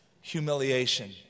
humiliation